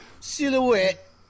Silhouette